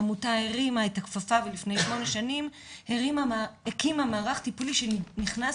העמותה הרימה את הכפפה ולפני שמונה שנים הקימה מערך טיפולי שנכנס